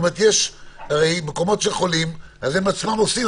הרי במקומות שחולים הם בעצמם עושים.